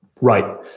Right